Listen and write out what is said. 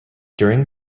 during